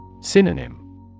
Synonym